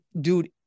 Dude